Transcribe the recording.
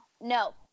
no